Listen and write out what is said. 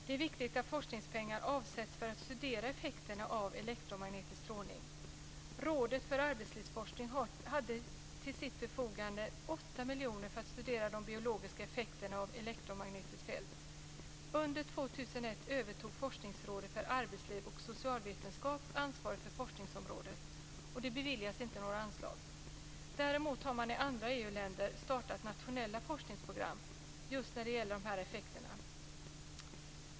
Det är viktigt att forskningspengar avsätts för att studera effekterna av elektromagnetisk strålning. 8 miljoner för att studera de biologiska effekterna av elektromagnetiskt fält. Under 2001 övertog Forskningsrådet för arbetsliv och socialvetenskap ansvaret för forskningsområdet, och det beviljades inte några anslag. Däremot har man i andra EU-länder startat nationella forskningsprogram om just dessa effekter.